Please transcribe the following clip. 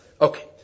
Okay